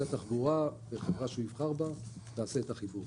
התחבורה וחברה שהוא יבחר בה יעשה את החיבור.